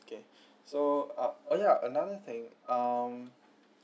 okay so uh another thing um